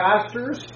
pastors